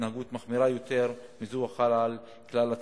והתנהגות מחמירה יותר מזו החלה על כלל הציבור.